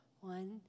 One